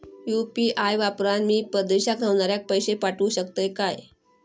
UPI वापरान मी परदेशाक रव्हनाऱ्याक पैशे पाठवु शकतय काय?